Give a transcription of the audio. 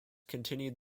continued